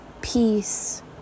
peace